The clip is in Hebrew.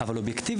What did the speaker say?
כן, בבקשה.